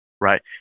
right